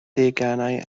deganau